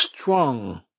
strong